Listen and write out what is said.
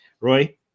roy